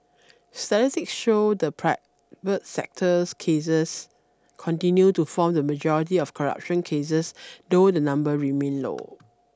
statistics showed that private sector cases continued to form the majority of corruption cases though the number remained low